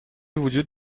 وجود